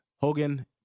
Hogan